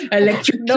electric